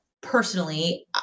personally